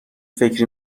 فکری